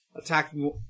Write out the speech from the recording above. attacking